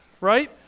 Right